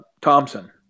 Thompson